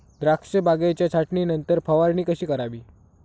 द्राक्ष बागेच्या छाटणीनंतर फवारणी कशी करावी?